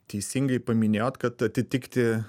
teisingai paminėjot kad atitikti